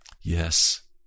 Yes